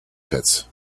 pits